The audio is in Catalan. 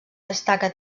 destaca